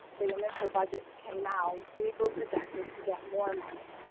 the initial budgets came out, we were projected to get more money.